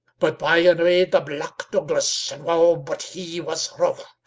but bye and rade the black douglas and wow but he was rough!